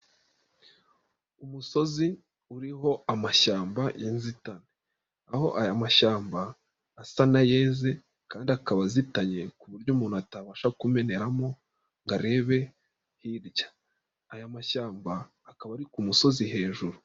Umusozi uriho amashyamba y'inzitane aho aya mashyamba asa n'ayeze kandi akaba azitanye ku buryo umuntu atabasha kumeneramo ngo arebe hirya, aya mashyamba akaba ari ku musozi hejuru.